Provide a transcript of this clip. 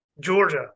Georgia